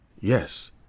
Yes